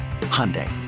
Hyundai